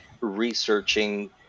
researching